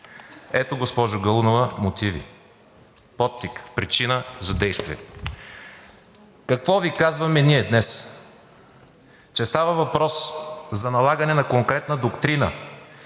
Ето, госпожо Галунова, мотиви, подтик, причина за действие. Какво Ви казваме ние днес, че става въпрос за налагане на конкретна доктрина